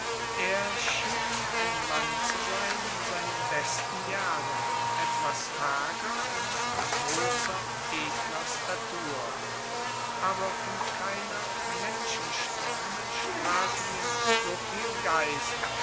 er schien mir ein mann zu sein in seinen besten jahren etwas hager und von großer edler statur aber von keiner menschenstirne strahlte mir noch so viel geist